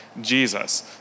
Jesus